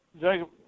Jacob